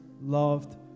loved